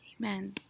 Amen